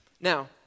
Now